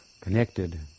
connected